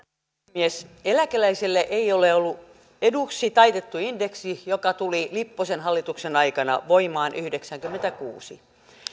puhemies eläkeläiselle ei ole ollut eduksi taitettu indeksi joka tuli lipposen hallituksen aikana voimaan yhdeksänkymmentäkuusi